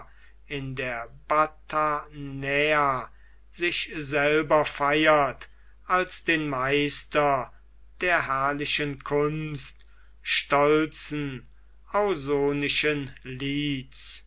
in der batanaea sich selber feiert als den meister der herrlichen kunst stolzen ausonischen lieds